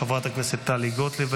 חברת הכנסת טלי גוטליב,